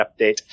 update